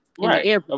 Right